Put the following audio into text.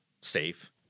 safe